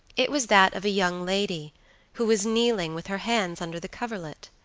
it was that of a young lady who was kneeling, with her hands under the coverlet.